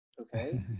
okay